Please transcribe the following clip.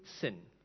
sin